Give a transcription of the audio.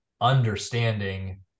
understanding